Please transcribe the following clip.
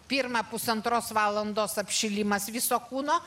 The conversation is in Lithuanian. pirma pusantros valandos apšilimas viso kūno